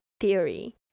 theory